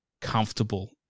comfortable